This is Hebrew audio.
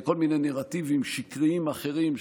וכל מיני נרטיבים שקריים אחרים,